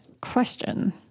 question